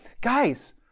guys